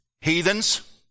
heathens